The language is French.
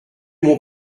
mon